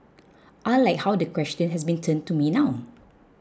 I like how the question has been turned to me now